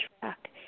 track